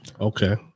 Okay